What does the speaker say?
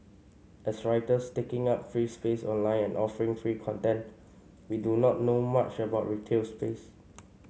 as writers taking up free space online and offering free content we do not know much about retail space